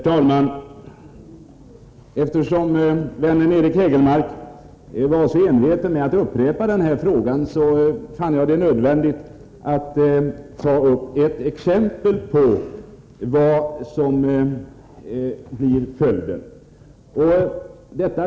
Herr talman! Eftersom vännen Eric Hägelmark var så enveten att upprepa sitt förslag, fann jag det nödvändigt att ta upp ett exempel på vad som blir följden.